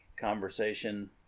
conversation